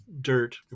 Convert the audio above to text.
dirt